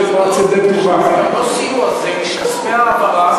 זה לא סיוע, זה כספי העברה